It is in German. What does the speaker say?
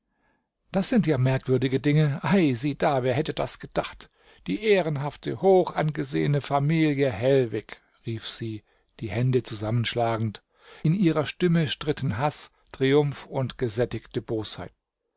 das sind ja merkwürdige dinge ei sieh da wer hätte das gedacht die ehrenhafte hochangesehene familie hellwig rief sie die hände zusammenschlagend in ihrer stimme stritten haß triumph und gesättigte bosheit